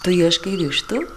tu ieškai vištų